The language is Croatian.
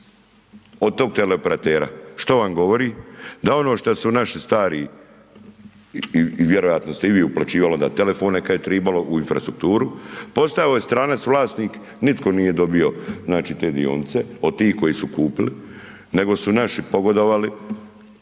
od tog teleoperatera, što vam govori? Da ono što su naši stari i vjerojatno ste i vi uplaćivali onda telefone kad je tribalo u infrastrukturu, postao je stranac vlasnik, nitko nije dobio, znači, te dionice, od tih koji su kupili, nego su naši pogodovali